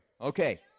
Okay